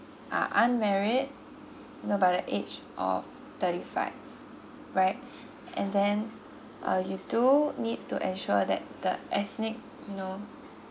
are unmarried you know by the age of thirty five right and then uh you do need to ensure that the ethnic no